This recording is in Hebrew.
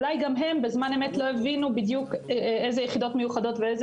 אולי גם הם בזמן אמת לא הבינו בדיוק איזה יחידות מיוחדות ואיזה